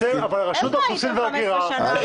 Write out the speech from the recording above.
אתם ראשות האוכלוסין וההגירה...